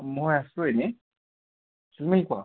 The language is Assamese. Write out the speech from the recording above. মই আছোঁ এনে তুমি কোৱা